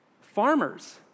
Farmers